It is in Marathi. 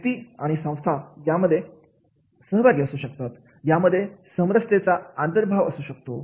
व्यक्ती आणि संस्था यामध्ये सहभागी असू शकतात यामध्ये समरसतेचा अंतर्भाव असू शकतो